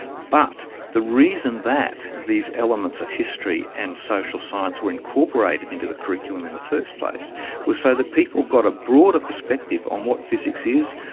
but the reason that these elements of history and social science were incorporated into the curriculum in the first place was so that people got a broader perspective on what physics is,